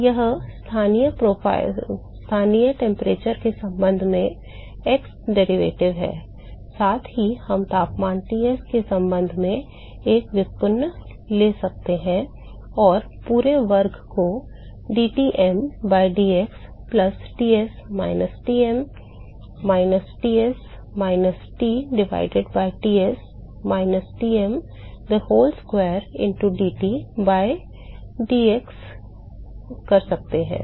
तो यह स्थानीय तापमान के संबंध में x व्युत्पन्न है साथ ही हम तापमान Ts के संबंध में एक व्युत्पन्न ले सकते हैं और पूरे वर्ग को dTm by dx plus Ts minus Tm minus Ts minus T divided by Ts minus Tm the whole square into dTs by dx सकते हैं